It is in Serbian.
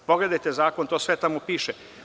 Pogledajte zakon, to sve tamo piše.